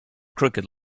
crooked